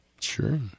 Sure